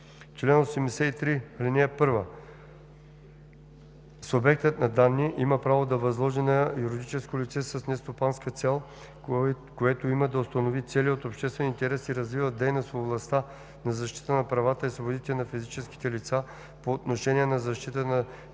Чл. 83. (1) Субектът на данни има право да възложи на юридическо лице с нестопанска цел, което има уставни цели от обществен интерес и развива дейност в областта на защитата на правата и свободите на физическите лица по отношение на защитата